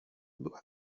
była